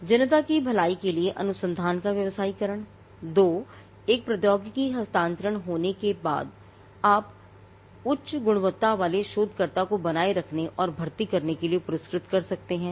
1 जनता की भलाई के लिए अनुसंधान का व्यावसायीकरण 2 एक प्रौद्योगिकी हस्तांतरण होने से आप उच्च गुणवत्ता वाले शोधकर्ताओं को बनाए रखने और भर्ती करने के लिए पुरस्कृत कर सकते हैं